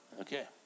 Okay